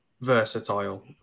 versatile